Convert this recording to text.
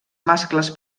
mascles